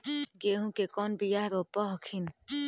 गेहूं के कौन बियाह रोप हखिन?